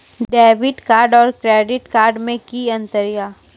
Debit card और credit card मे कि अंतर या?